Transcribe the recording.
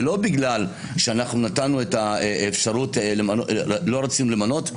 ולא בגלל שלא רוצים למנות.